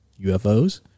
UFOs